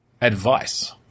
Advice